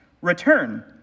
return